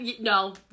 No